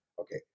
Okay